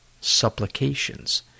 supplications